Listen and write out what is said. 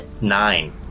Nine